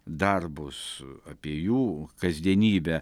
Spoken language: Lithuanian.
darbus apie jų kasdienybę